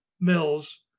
mills